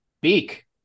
Beak